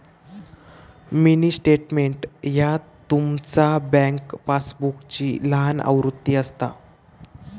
mini statement ह्या तुमचा bank पासबुकची लहान आवृत्ती असता